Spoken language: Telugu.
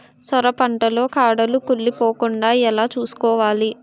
సొర పంట లో కాడలు కుళ్ళి పోకుండా ఎలా చూసుకోవాలి?